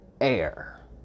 Air